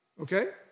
okay